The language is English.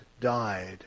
died